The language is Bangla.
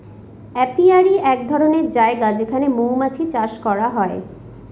অপিয়ারী এক ধরনের জায়গা যেখানে মৌমাছি চাষ করা হয়